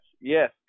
yes